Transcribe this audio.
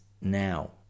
now